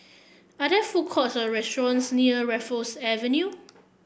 are there food courts or restaurants near Raffles Avenue